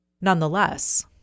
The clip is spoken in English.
Nonetheless